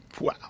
Wow